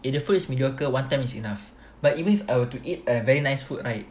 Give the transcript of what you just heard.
if the food is mediocre one time is enough but even if I were to eat a very nice food right